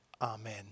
Amen